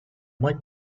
might